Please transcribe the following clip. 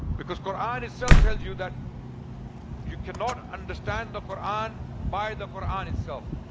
because quran itself tells you that you cannot understand the quran by the quran itself.